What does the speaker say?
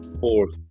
Fourth